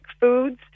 foods